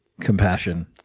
compassion